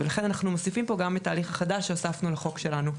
ולכן אנחנו מוסיפים פה גם את ההליך החדש שהוספנו לחוק שלנו.